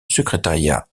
secrétariat